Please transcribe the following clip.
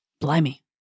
Blimey